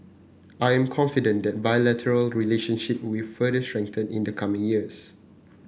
I am confident the bilateral relationship will further strengthen in the coming years